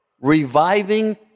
reviving